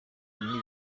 ugizwe